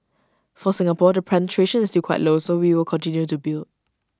for Singapore the penetration is still quite low so we will continue to build